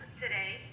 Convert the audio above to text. today